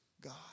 God